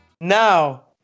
Now